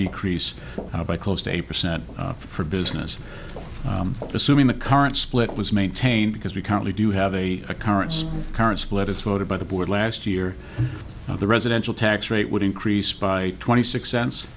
decrease by close to a percent for business assuming the current split was maintained because we currently do have a occurrence current split is voted by the board last year the residential tax rate would increase by twenty six cents